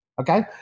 Okay